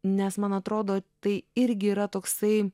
nes man atrodo tai irgi yra toksai